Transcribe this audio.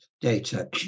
data